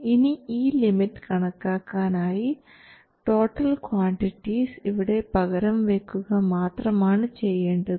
ഇനി ഈ ലിമിറ്റ് കണക്കാക്കാനായി ടോട്ടൽ ക്വാണ്ടിറ്റിസ് ഇവിടെ പകരം വയ്ക്കുക മാത്രമാണ് ചെയ്യേണ്ടത്